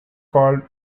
called